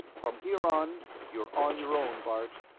from here on, you're on your own, bart.